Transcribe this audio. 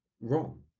wrong